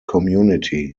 community